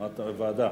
ועדה?